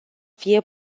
fie